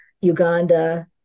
Uganda